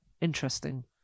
Interesting